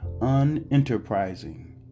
unenterprising